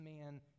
man